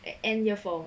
end year four